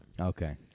Okay